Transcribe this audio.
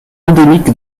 endémique